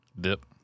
Dip